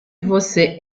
você